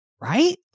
right